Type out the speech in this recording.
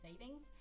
savings